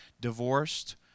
divorced